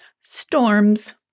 storms